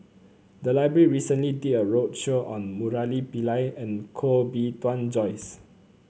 the library recently did a roadshow on Murali Pillai and Koh Bee Tuan Joyce